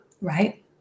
Right